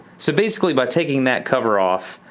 so basically by taking that cover off,